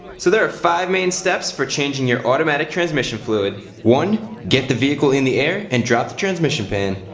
so there are five main steps for changing your automatic transmission fluid. one get the vehicle in the air and drop the transmission pan.